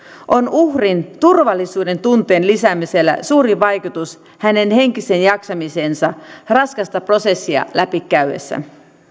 on uhrin turvallisuuden tunteen lisäämisellä suuri vaikutus hänen henkiseen jaksamiseensa raskasta prosessia läpikäydessään